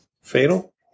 Fatal